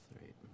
right